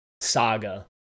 saga